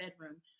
bedroom